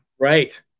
right